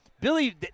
Billy